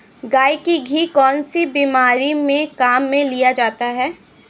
गाय का घी कौनसी बीमारी में काम में लिया जाता है?